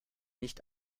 nicht